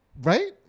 Right